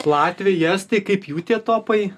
latviai estai kaip jų tie topai